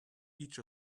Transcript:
each